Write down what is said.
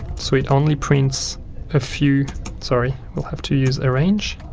so it only prints a few sorry, we'll have to use arrange